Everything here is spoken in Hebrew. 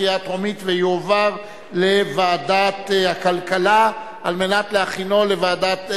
לדיון מוקדם בוועדת הכלכלה נתקבלה.